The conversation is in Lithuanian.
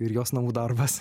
ir jos namų darbas